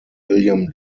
william